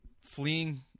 fleeing